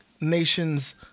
nations